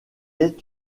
est